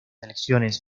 elecciones